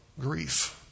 grief